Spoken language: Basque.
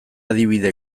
adibide